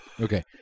Okay